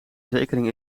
zekering